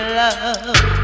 love